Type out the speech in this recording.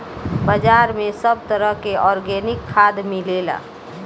बाजार में सब तरह के आर्गेनिक खाद मिलेला